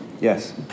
Yes